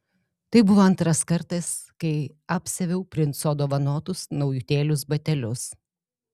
tai buvo antras kartas kai apsiaviau princo dovanotus naujutėlius batelius